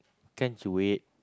can't you wait